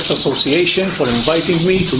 association for inviting me